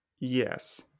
yes